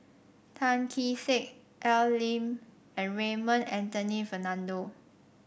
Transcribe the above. Tan Kee Sek Al Lim and Raymond Anthony Fernando